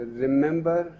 remember